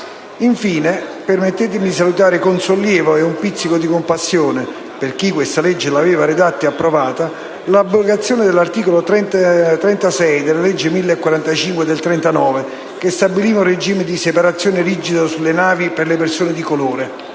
Infine, permettetemi di salutare con sollievo e un pizzico di compassione, per chi questa legge l'aveva redatta e approvata, l'abrogazione dell'articolo 36 della legge n. 1045 del 1939, che stabiliva un regime di separazione rigido sulle navi per le persone di colore.